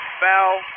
foul